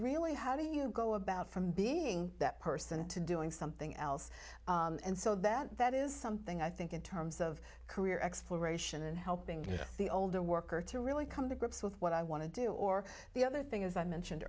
really how do you go about from being that person to doing something else and so that that is something i think in terms of career exploration and helping the older worker to really come to grips with what i want to do or the other thing as i mentioned